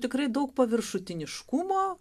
tikrai daug paviršutiniškumo